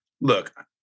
Look